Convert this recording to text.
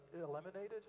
eliminated